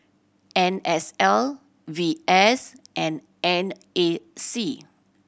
N S L V S and N A C